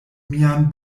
mian